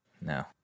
No